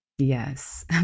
Yes